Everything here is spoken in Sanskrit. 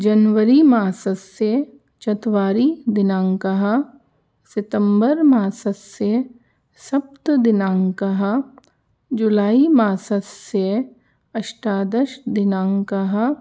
जन्वरी मासस्य चत्वारि दिनाङ्कः सितम्बर् मासस्य सप्तदिनाङ्कः जुलै मासस्य अष्टादश दिनाङ्कः